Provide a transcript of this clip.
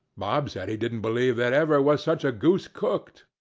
bob said he didn't believe ever was such a goose cooked.